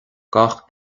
gach